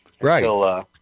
Right